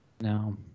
No